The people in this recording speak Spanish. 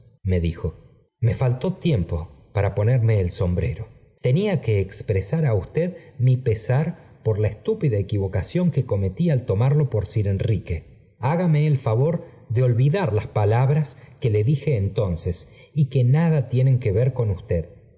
me dijo me í altó tiempo pari ponerme el sombrero tenía que expresar á usted pesar por la títúpida equivocación que cometí s al tomarlo por sir enrique hágame el favor dé olvidar las palabras que le dije entonces y qufe j nada tienen que ver con usted